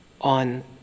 on